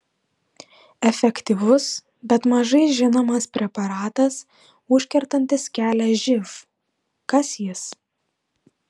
efektyvus bet mažai žinomas preparatas užkertantis kelią živ kas jis